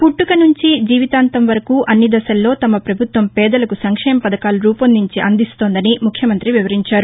పుట్టక నుంచి జీవితాంతం వరకు అన్ని దశల్లో తమ ప్రభుత్వం పేదలకు సంక్షేమ పథకాలు రూపొందించి అందిస్తోందని ముఖ్యమంత్రి వివరించారు